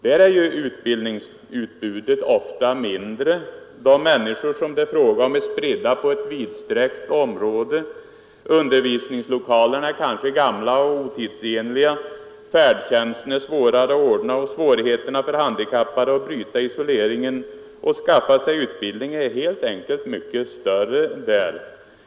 Där är utbildningsutbudet ofta mindre, de människor som det är fråga om är spridda på ett vidsträckt område, undervisningslokalerna är kanske gamla och otidsenliga, färdtjänsten svårare att ordna och svårigheterna för handikappade att bryta isoleringen och skaffa sig utbildning helt enkelt mycket större.